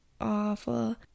awful